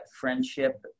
friendship